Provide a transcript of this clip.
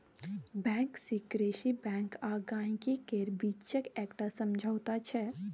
bank secrecy bank आ गांहिकी केर बीचक एकटा समझौता छै